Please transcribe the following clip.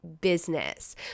business